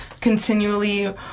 continually